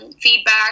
feedback